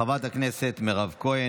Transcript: חברת הכנסת מירב כהן,